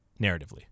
narratively